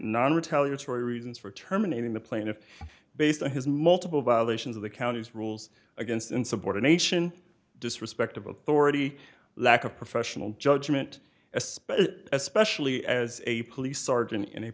non retaliatory reasons for terminating the plaintiff based on his multiple violations of the county's rules against insubordination disrespect of authority lack of professional judgment especially especially as a police sergeant